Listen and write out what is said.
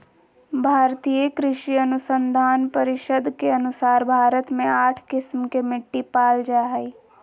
भारतीय कृषि अनुसंधान परिसद के अनुसार भारत मे आठ किस्म के मिट्टी पाल जा हइ